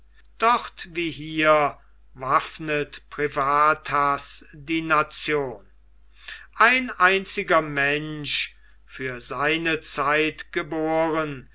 dort wie hier waffnet privathaß die nation ein einziger mensch für seine zeit geboren